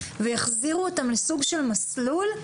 ויחזירו אותם לסוג של מסלול,